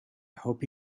hope